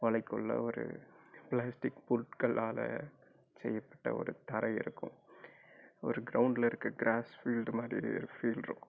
வலை குள்ளே ஒரு பிளாஸ்டிக் பொருட்களால் செய்யப்பட்ட ஒரு தரை இருக்கும் ஒரு கிரௌண்ட்டில் இருக்க கிராஸ் ஃபீல்ட் மாதிரி ஒரு ஃபீல் இருக்கும்